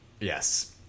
yes